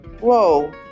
Whoa